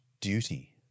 duty